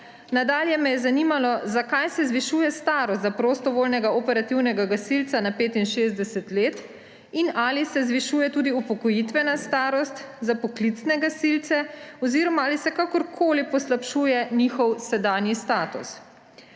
Nadalje me je zanimalo, zakaj se zvišuje starost za prostovoljnega operativnega gasilca na 65 let in ali se zvišuje tudi upokojitvena starost za poklicne gasilce oziroma ali se kakorkoli poslabšuje njihov sedanji status,